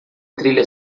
trilha